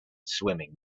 swimming